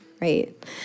right